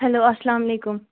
hello اسلامُ علیکُم